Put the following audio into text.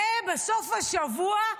ובסוף השבוע,